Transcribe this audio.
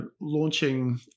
launching